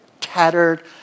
tattered